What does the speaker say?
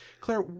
Claire